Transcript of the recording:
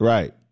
Right